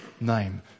name